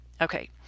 Okay